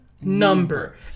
Number